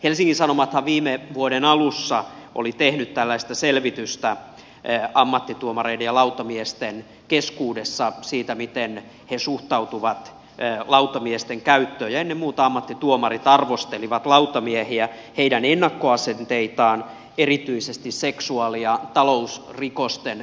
helsingin sanomathan viime vuoden alussa oli tehnyt tällaista selvitystä ammattituomareiden ja lautamiesten keskuudessa siitä miten he suhtautuvat lautamiesten käyttöön ja ennen muuta ammattituomarit arvostelivat lautamiehiä heidän ennakkoasenteitaan erityisesti seksuaali ja talousrikosten kohdalla